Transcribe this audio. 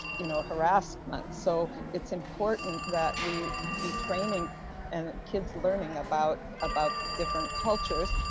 you know, harassment. so it's important that we be training and kids learning about about different cultures.